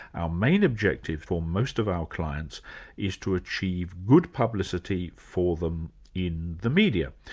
our main objective for most of our clients is to achieve good publicity for them in the media.